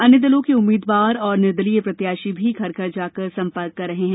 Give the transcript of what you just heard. अन्य दलों के उम्मीद्वार और निर्दलीय प्रत्याषी भी घर घर जाकर संपर्क कर रहें हैं